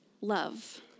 love